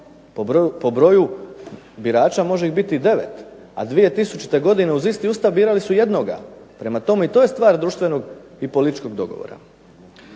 Po broju birača može ih biti i 9, a 2000. godine uz isti Ustav birali su jednoga. Prema tome i to je stvar društvenog i političkog dogovora.